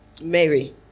Mary